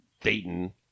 Dayton